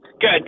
Good